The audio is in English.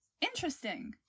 Interesting